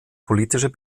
politischer